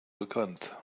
bekannt